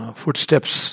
footsteps